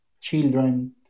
children